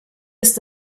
ist